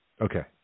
Okay